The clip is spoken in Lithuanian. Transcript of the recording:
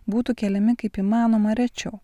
būtų keliami kaip įmanoma rečiau